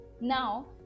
now